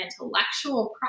intellectual